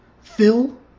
Phil